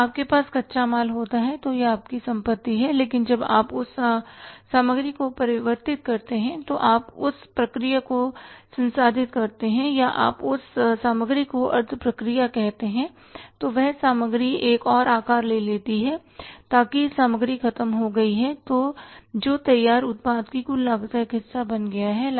जब आपके पास कच्चा माल होता है तो यह आपकी संपत्ति है लेकिन जब आप उस सामग्री को परिवर्तित करते हैं या आप उस प्रक्रिया को संसाधित करते हैं या आप उस सामग्री को अर्ध प्रक्रिया करते हैं तो वह सामग्री एक और आकार ले लेती है ताकि सामग्री खत्म हो गई है जो तैयार उत्पाद की कुल लागत का एक हिस्सा बन गया है